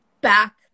back